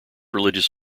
religious